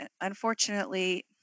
unfortunately